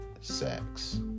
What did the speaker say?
sex